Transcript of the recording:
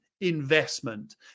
investment